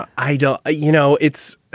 i do. you know, it's